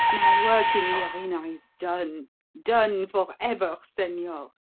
my work in the arena is done done for ever, senor.